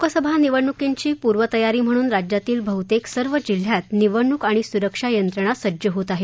लोकसभा निवडणुकीची पूर्वतयारी म्हणून राज्यातील बहतेक सर्व जिल्ह्यात निवडणूक आणि सुरक्षा यंत्रणा सज्ज होत आहेत